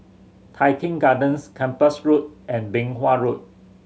Tai Keng Gardens Kempas Road and Beng Wan Road